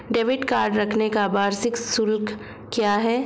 Debit card रखने का वार्षिक शुल्क क्या है?